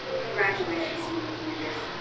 congratulations, sr. dominguez.